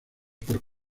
por